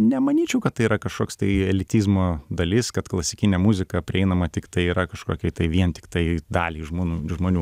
nemanyčiau kad tai yra kažkoks tai elitizmo dalis kad klasikinė muzika prieinama tik tai yra kažkokiai tai vien tik tai daliai žmonių žmonių